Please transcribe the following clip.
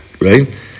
Right